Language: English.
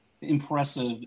impressive